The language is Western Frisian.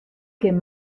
kin